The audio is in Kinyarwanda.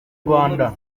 rwanda